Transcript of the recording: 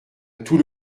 tout